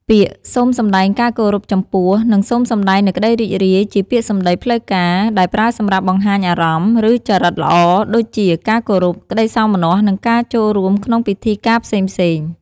ពាក្យ "សូមសម្តែងការគោរពចំពោះ" និង "សូមសម្តែងនូវក្តីរីករាយ" ជាពាក្យសម្តីផ្លូវការ ដែលប្រើសម្រាប់បង្ហាញអារម្មណ៍ ឬចរិតល្អ ដូចជា ការគោរព ក្តីសោមនស្ស និងការចូលរួមក្នុងពិធីការផ្សេងៗ